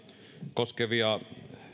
koskevia